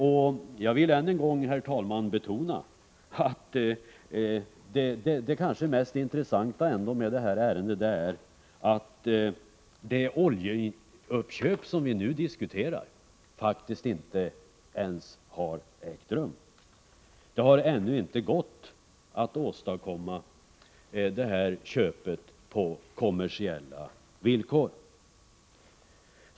Och jag vill än en gång betona, herr talman, att det kanske mest intressanta med det här ärendet är att oljeuppköpet som vi nu diskuterar faktiskt inte har ägt rum. Det har ännu inte gått att åstadkomma detta köp på kommersiellt acceptabla villkor.